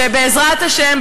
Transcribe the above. שבעזרת השם,